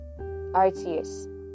rts